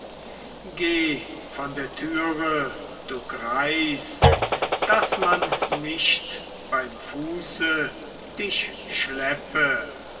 von der türe du greis daß man nicht beim fuße dich schleppe